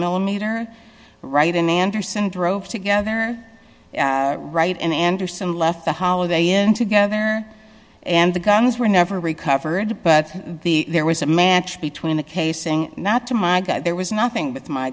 millimeter right in manderson drove together right and anderson left the holiday inn to go there and the guns were never recovered but the there was a man between the casing not to my god there was nothing but my